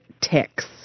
ticks